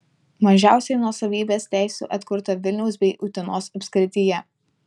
mažiausiai nuosavybės teisių atkurta vilniaus bei utenos apskrityje